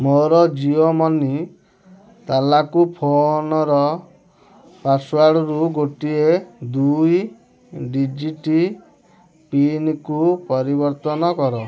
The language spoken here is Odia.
ମୋର ଜିଓ ମନି ତାଲାକୁ ଫୋନର ପାସୱାର୍ଡ଼ରୁ ଗୋଟିଏ ଦୁଇ ଡିଜିଟି ପିନକୁ ପରିବର୍ତ୍ତନ କର